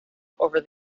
over